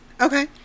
Okay